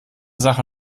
sache